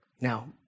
Now